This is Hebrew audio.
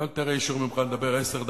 הרי קיבלתי ממך אישור לדבר עשר דקות,